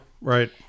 right